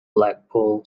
blackpool